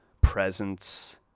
presence